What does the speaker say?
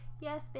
yes